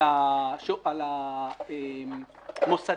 המוסדיים.